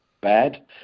bad